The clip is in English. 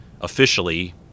officially